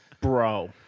Bro